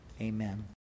Amen